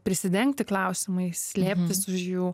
prisidengti klausimai slėptis už jų